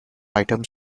items